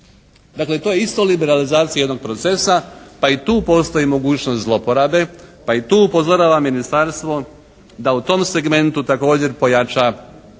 Dakle to je isto liberalizacija jednog procesa, pa i tu postoji mogućnost zlouporabe pa i tu upozoravam ministarstvo da u tom segmentu također pojača